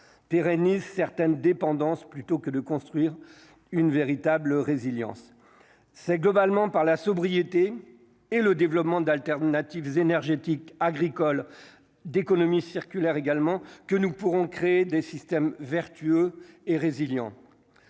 pérennise certaine dépendance plutôt que de construire une véritable résilience c'est globalement par la sobriété et le développement d'alternatives énergétiques, agricoles d'économie circulaire également que nous pourrons créer des systèmes vertueux est résiliant